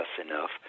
enough